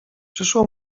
przyszło